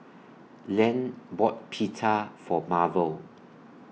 Len bought Pita For Marvel